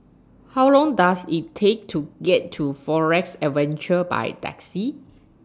How Long Does IT Take to get to Forest Adventure By Taxi